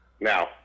now